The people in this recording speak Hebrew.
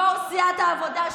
יו"ר סיעת העבודה,